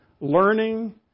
learning